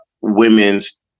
women's